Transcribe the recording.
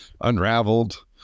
unraveled